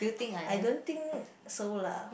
I don't think so lah